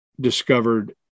discovered